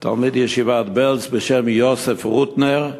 תלמיד ישיבת בעלז, בשם יוסף רוטנר,